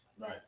Right